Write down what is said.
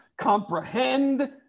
comprehend